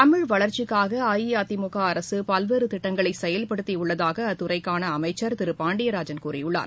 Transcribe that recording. தமிழ் வளர்ச்சிக்காக அஇஅதிமுக அரசு பல்வேறு திட்டங்களை செயல்படுத்தியுள்ளதாக அத்துறைக்கான அமைச்சர் திரு பாண்டியராஜன் கூறியுள்ளார்